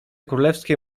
królewskie